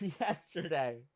Yesterday